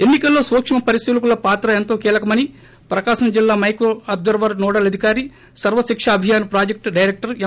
ఎన్ని కల్లో సూక్ష్మ పరిశీలకుల పాత్ర ఎంతో కీలకమని ప్రకాశం జిల్ల మైక్రో అబ్లర్వర్ల నోడల్ అధికారి సర్వ ేశిక్షా అభియాస్ ప్రాజెక్టు డైరక్టర్ ఎం